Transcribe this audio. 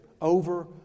over